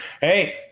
hey